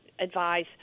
advise